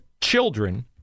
children